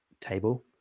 table